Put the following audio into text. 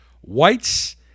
whites